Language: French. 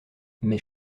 mes